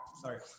Sorry